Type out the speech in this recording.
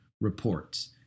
reports